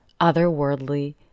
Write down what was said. otherworldly